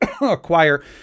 acquire